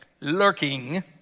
lurking